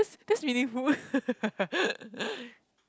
that's that's meaningful